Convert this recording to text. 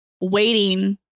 waiting